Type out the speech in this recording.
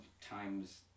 times